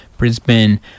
Brisbane